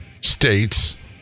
states